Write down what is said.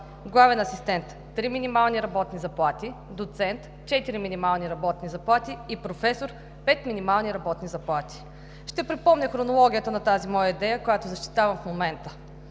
главен асистент – три минимални работни заплати; доцент – четири минимални работни заплати, и професор – пет минимални работни заплати. Ще припомня хронологията на тази моя идея, която защитавам в момента.